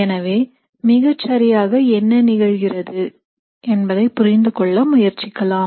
எனவே மிகச்சரியாக என்ன நிகழ்கிறது என்பதை புரிந்துகொள்ள முயற்சிக்கலாம்